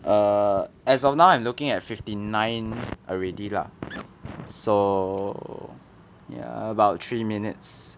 err as of now I'm looking at fifty nine already lah so ya about three minutes